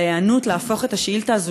נעבור כמובן לשאילתות.